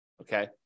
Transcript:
okay